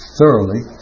thoroughly